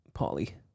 Polly